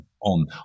On